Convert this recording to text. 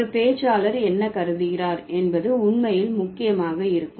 ஒரு பேச்சாளர் என்ன கருதுகிறார் என்பது உண்மையில் முக்கியமாக இருக்கும்